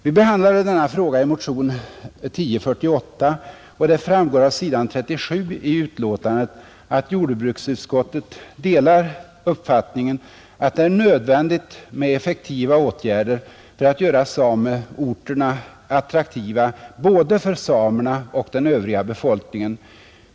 Vi behandlade denna fråga i motion 1048, och det framgår av s, 37 i betänkandet att jordbruksutskottet delar vår uppfattning att det är nödvändigt med effektiva åtgärder för att göra sameorterna attraktiva för både samerna och den övriga befolkningen.